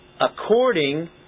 according